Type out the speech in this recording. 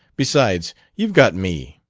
besides, you've got me.